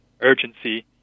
urgency